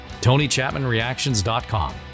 TonyChapmanReactions.com